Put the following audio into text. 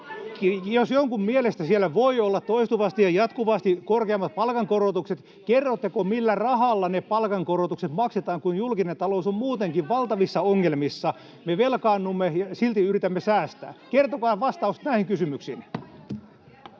Jos jonkun mielestä siellä voi olla toistuvasti ja jatkuvasti korkeammat palkankorotukset, kerrotteko, millä rahalla ne palkankorotukset maksetaan, kun julkinen talous on muutenkin valtavissa ongelmissa? [Krista Kiuru: Nyt se tuli, julkisen talouden sopeutustoimi! Nyt se